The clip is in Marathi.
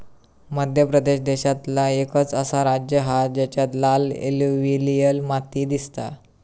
मध्य प्रदेश देशांतला एकंच असा राज्य हा जेच्यात लाल एलुवियल माती दिसता